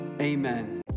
amen